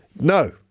No